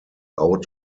out